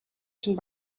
чинь